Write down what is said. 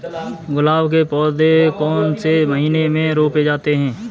गुलाब के पौधे कौन से महीने में रोपे जाते हैं?